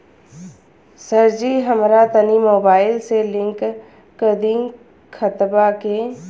सरजी हमरा तनी मोबाइल से लिंक कदी खतबा के